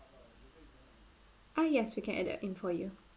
ah yes we can add that in for you